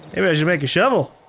maybe i should make a shovel.